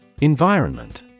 Environment